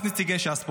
רק נציגי ש"ס פה.